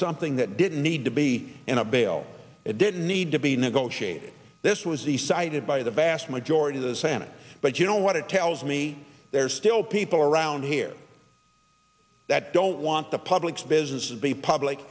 something that didn't need to be in a bail it didn't need to be negotiated this was the cited by the vast majority of the senate but you know what it tells me there's still people around here that don't want the public's business to be public